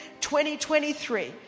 2023